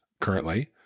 currently